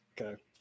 Okay